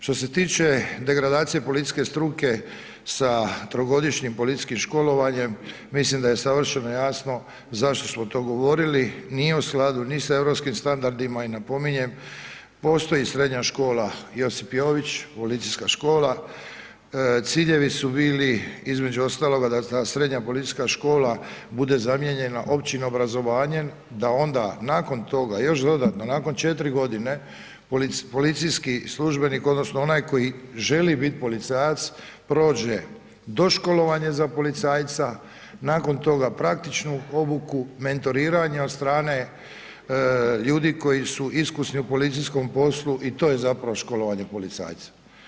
Što se tiče degradacije policijske struke sa trogodišnjem policijskim školovanje, mislim da je savršeno jasno zašto smo to govorili, nije u skladu ni sa europskim standardima i napominjem, postoji srednja škola Josip Jović policijska škola, ciljevi su bili između ostalog, da ta srednja policijska škola bude zamijenjena općim obrazovanjem, da onda nakon toga još dodatno, nakon 4 godine, policijski službenik, odnosno, onaj tko želi biti policajac prođe doškolovanje za policajca, nakon toga praktičnu obuku, maturiranje od strane ljudi, koji su iskusni u policijskom poslu i to je zapravo školovanje policajca.